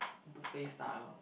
buffet style